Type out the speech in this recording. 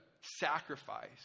sacrifice